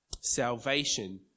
salvation